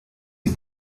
you